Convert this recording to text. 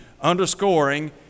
underscoring